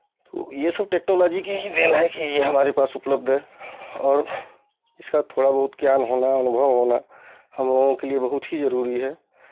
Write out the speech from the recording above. तो ये सब टेक्नोलॉजी की ही देन है की ये हमारे पास उपलब्ध है और इसका थोड़ा बहुत ज्ञान होना अनुभव होना हम लोगों के लिए बहुत ही ज़रूरी है